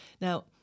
Now